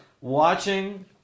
watching